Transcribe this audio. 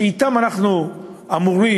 שאתם אנחנו אמורים,